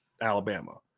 Alabama